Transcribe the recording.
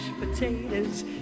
potatoes